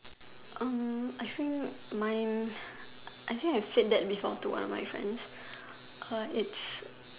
Erm I think mine I think I said that before to one of my friends or it's